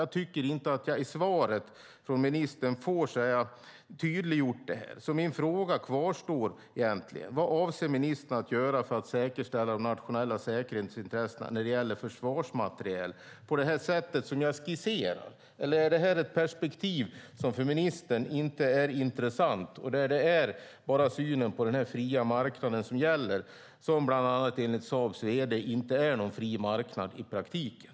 Jag tycker inte att jag i svaret från ministern får detta tydliggjort, så min fråga kvarstår: Vad avser ministern att göra för att säkerställa de nationella säkerhetsintressena när det gäller försvarsmateriel på det sätt som jag skisserat? Eller är det här ett perspektiv som för ministern inte är intressant, utan är det bara synen på den fria marknaden som gäller, som enligt bland andra Saabs vd inte är någon fri marknad i praktiken?